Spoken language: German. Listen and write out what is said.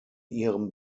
ihrem